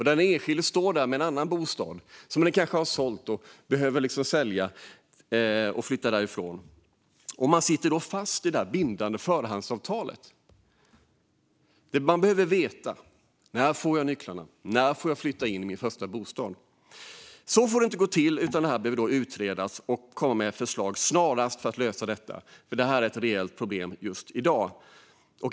Den enskilde står kanske där med en annan bostad som man sålt och behöver flytta ifrån men sitter fast i ett bindande förhandsavtal. Man behöver veta när man får sina nycklar och när man får flytta in i sin bostad. Så här får det inte gå till, utan det här behöver utredas. Regeringen behöver snarast komma med förslag för att lösa detta som är ett reellt problem i dag.